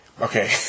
Okay